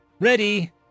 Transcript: Ready